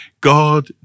God